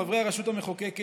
חברי הרשות המחוקקת,